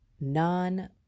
non